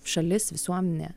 šalis visuomenė